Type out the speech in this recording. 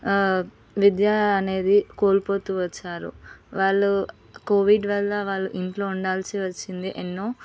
విద్య అనేది కోల్పోతూ వచ్చారు వాళ్ళు కోవిడ్ వలన వాళ్ళు ఇంట్లో ఉండాల్సి వచ్చింది ఎన్నో